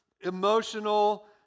emotional